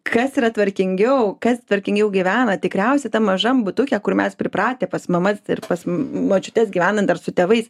kas yra tvarkingiau kas tvarkingiau gyvena tikriausiai tam mažam butuke kur mes pripratę pas mamas ir močiutes gyvenant dar su tėvais